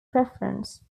preference